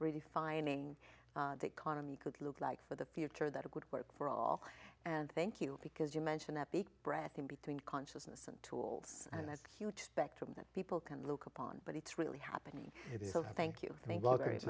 redefining the economy could look like for the future that would work for all and thank you because you mention that big breath in between consciousness and tools and that's huge spectrum that people can look upon but it's really happened so thank you thank